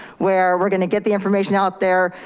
where we're gonna get the information out there.